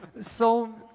so,